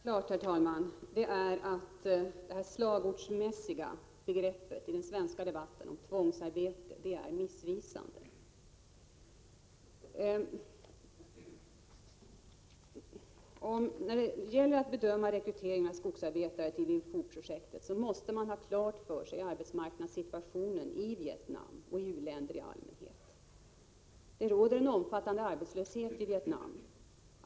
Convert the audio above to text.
Herr talman! Jag vill göra klart att det slagordsmässiga begreppet tvångsarbete i den svenska debatten är missvisande. Vid rekryteringen av skogsarbetare till Vinh Phu-projektet måste man vara klar över arbetsmarknadssituationen i Vietnam och i u-länderna i allmänhet. Det råder en omfattande arbetslöshet i Vietnam.